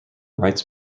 writes